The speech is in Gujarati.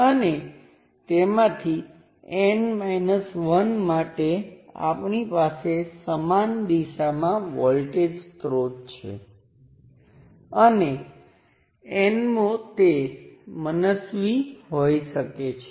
તેથી તેઓ તેનો ઉપયોગ કરીને ગણતરી કરી શકે સરળ મોડેલ દ્વારા મારો અર્થ છે કે તે ઉપયોગી છે એટ્લે કે એક વપરાશકર્તા તરીકે હું તેની સાથે અન્ય કોઈપણ સર્કિટને જોડી શકું